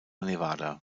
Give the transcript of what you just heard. nevada